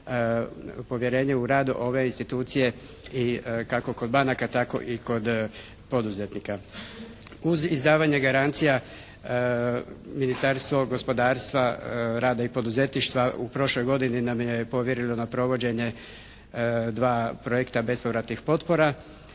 povjerenje u rad ove institucije i kako kod banaka tako i kod poduzetnika. Uz izdavanje garancija Ministarstvo gospodarstva, rada i poduzetništva u prošloj godini nam je povjerilo na provođenje dva projekta bespovratnih potpora.